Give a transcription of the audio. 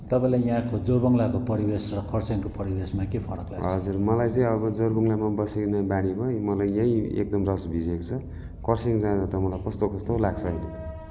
तपाईँलाई यहाँको जोरबङ्गलाको परिवेश र खरसाङको परिवेशमा के फरक लाग्छ हजुर मलाई चाहिँ अब जोरबङ्गलामा बसिकन बानी भयो मलाई यहीँ एकदम रस भिजेको छ खरसाङ जाँदा त मलाई कस्तो कस्तो लाग्छ अहिले